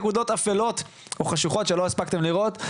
נקודות אפלות או חשוכות שלא הספקתם לראות,